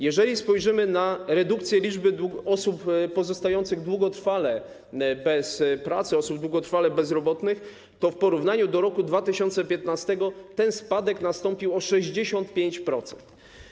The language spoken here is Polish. Jeżeli spojrzymy na redukcję liczby osób pozostających długotrwale bez pracy, osób długotrwale bezrobotnych, to w porównaniu do roku 2015 mamy spadek o 65%.